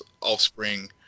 offspring